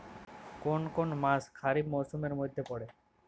কোন কোন মাস খরিফ মরসুমের মধ্যে পড়ে?